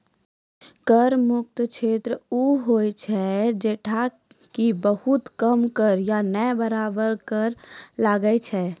कर मुक्त क्षेत्र उ होय छै जैठां कि बहुत कम कर या नै बराबर कर लागै छै